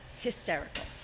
hysterical